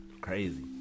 Crazy